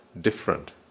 different